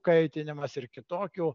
kaitinimas ir kitokių